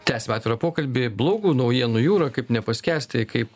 tęsiame atvirą pokalbį blogų naujienų jūra kaip nepaskęsti kaip